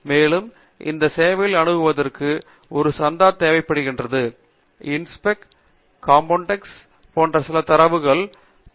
மேலும் இந்த சேவைகளை அணுகுவதற்கு ஒரு சந்தா தேவைப்படுகிறது இன்ஸ்பெக்ட மற்றும் காம்பௌண்ட்க்ஸ் போன்ற சில தரவுத்தளங்கள்